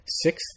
Sixth